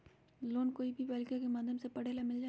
Loan कोई भी बालिका के माध्यम से पढे ला मिल जायत?